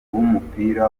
w’umupira